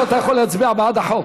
עכשיו אתה יכול להצביע בעד החוק.